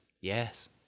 Yes